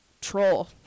troll